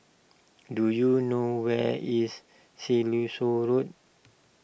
do you know where is Siloso Road